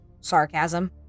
sarcasm